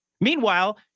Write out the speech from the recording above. Meanwhile